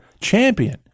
champion